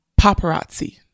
paparazzi